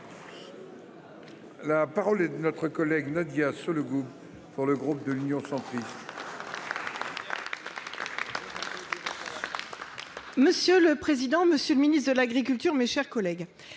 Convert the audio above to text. La parole est notre collègue Nadia Sollogoub. Pour le groupe de l'Union centriste.